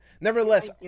nevertheless